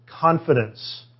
confidence